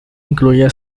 incluía